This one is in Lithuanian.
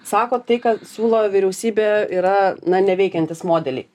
sako tai ką siūlo vyriausybė yra na neveikiantys modeliai